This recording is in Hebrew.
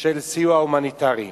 של סיוע הומניטרי.